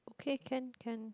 okay can can